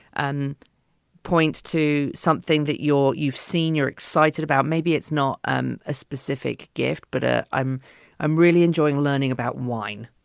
and points to something that your you've seen you're excited about. maybe it's not a specific gift, but a i'm i'm really enjoying learning about wine.